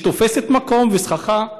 שתופסת מקום וסככה,